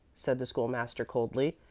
said the school-master, coldly.